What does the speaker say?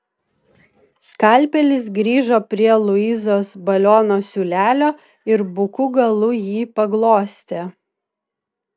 skalpelis grįžo prie luizos baliono siūlelio ir buku galu jį paglostė